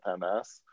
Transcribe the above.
MS